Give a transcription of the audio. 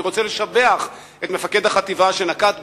אני רוצה לשבח את מפקד החטיבה, שנקט במהירות,